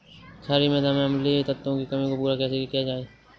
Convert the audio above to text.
क्षारीए मृदा में अम्लीय तत्वों की कमी को पूरा कैसे किया जाए?